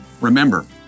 remember